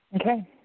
Okay